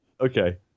okay